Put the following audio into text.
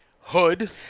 Hood